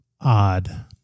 odd